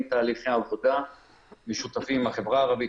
תהליכי עבודה משותפים עם החברה הערבית,